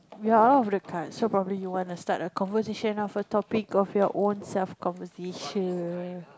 we are out of the cards so probably you wanna start a conversation of a topic of your own self conversation